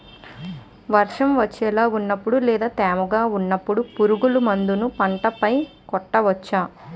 వర్షం వచ్చేలా వున్నపుడు లేదా తేమగా వున్నపుడు పురుగు మందులను పంట పై కొట్టవచ్చ?